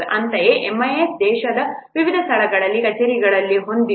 ಅಂತೆಯೇMIS ದೇಶದ ವಿವಿಧ ಸ್ಥಳಗಳಲ್ಲಿ ಕಚೇರಿಗಳನ್ನು ಹೊಂದಿದೆ